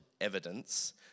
evidence